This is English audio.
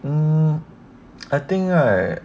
um I think right